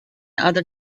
other